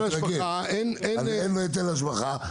אין בנייה, אין היטל השבחה.